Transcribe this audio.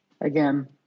again